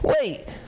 wait